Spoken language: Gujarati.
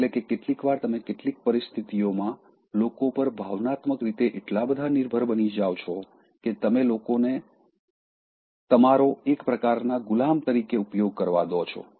એટલે કે કેટલીકવાર તમે કેટલીક પરિસ્થિતિઓમાં લોકો પર ભાવનાત્મક રીતે એટલા બધા નિર્ભર બની જાવ છો કે તમે લોકોને તમારો એક પ્રકારનાં ગુલામ તરીકે ઉપયોગ કરવા દો છો